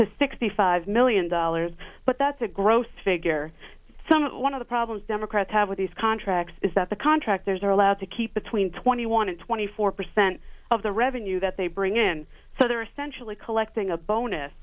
to sixty five million dollars but that's a growth figure some one of the problems democrats have with these contracts is that the contractors are allowed to keep between twenty one and twenty four percent of the revenue that they bring in so they're essentially collecting a bonus